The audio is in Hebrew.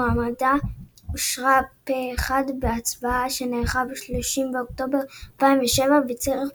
ומועמדותה אושררה פה אחד בהצבעה שנערכה ב-30 באוקטובר 2007 בציריך,